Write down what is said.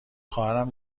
خواهرم